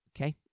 okay